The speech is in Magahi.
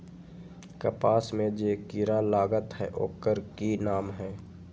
कपास में जे किरा लागत है ओकर कि नाम है?